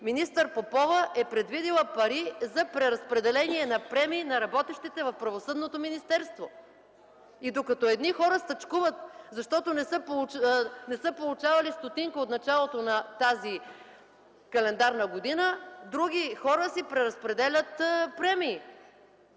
министър Попова е предвидила пари за преразпределение на премии на работещите в правосъдното министерство. Докато едни хора стачкуват, защото не са получавали стотинка от началото на тази календарна година, други хора си преразпределят премии